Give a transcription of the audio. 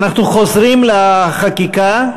אנחנו חוזרים לחקיקה,